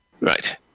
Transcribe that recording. right